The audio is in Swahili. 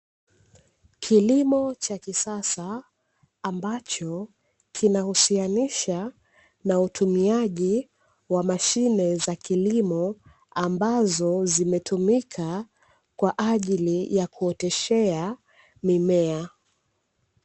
Kilimo cha kisasa ambacho kinahusianisha na utumiaji wa mashine za kilimo, ambazo zimetumika kwa ajili ya kuoteshea mimea.